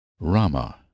Rama